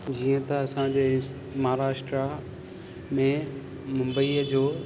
जीअं त असांजे महाराष्ट्रा में मुंबईअ जो